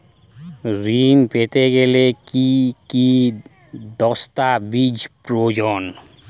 ঋণ পেতে গেলে কি কি দস্তাবেজ প্রয়োজন?